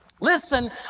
listen